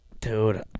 Dude